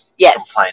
Yes